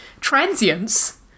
transience